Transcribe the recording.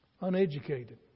Uneducated